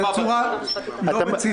זו צורה לא רצינית.